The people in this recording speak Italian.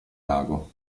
lago